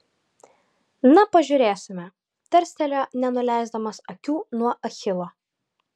na pažiūrėsime tarstelėjo nenuleisdamas akių nuo achilo